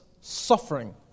suffering